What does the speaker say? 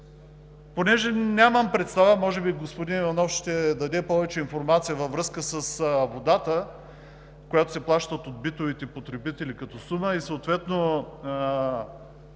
Понеже нямам представа, може би господин Иванов ще даде повече информация във връзка с водата, която се плаща от битовите потребители като сума, и съответно